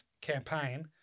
campaign